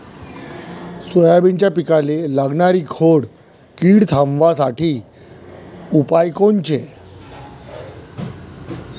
सोयाबीनच्या पिकाले लागनारी खोड किड थांबवासाठी उपाय कोनचे?